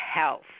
health